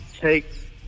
take